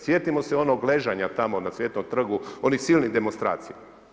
Sjetimo se onog ležanja tamo na Cvjetnom trgu, onih silnih demonstracija.